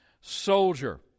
soldier